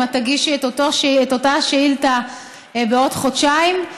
אם תגישי את אותה שאילתה בעוד חודשיים,